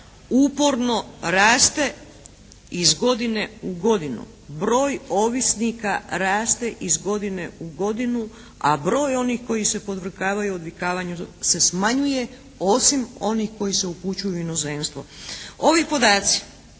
uporno raste iz godine u godinu. Broj ovisnika raste iz godine u godinu, a broj onih koji se podvrgavaju odvikavanju se smanjuje osim onih koji se upućuju u inozemstvo. Ovi podaci